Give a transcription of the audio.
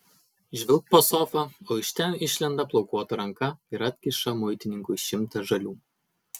žvilgt po sofa o iš ten išlenda plaukuota ranka ir atkiša muitininkui šimtą žalių